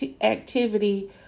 activity